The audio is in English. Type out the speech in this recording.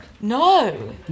No